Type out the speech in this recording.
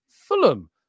fulham